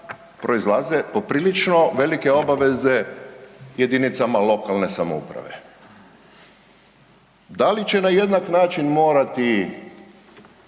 proizlaze poprilično velike obaveze JLS-ovima. Da li će na jednak način morati